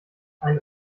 eine